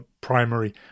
primary